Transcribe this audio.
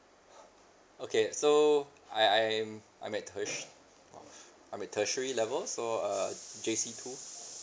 okay so I I I'm at tert~ I'm at tertiary level so uh J_C two